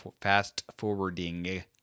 fast-forwarding